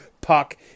Puck